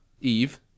Eve